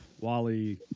wally